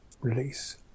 release